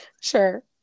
Sure